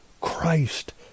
Christ